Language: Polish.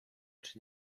czy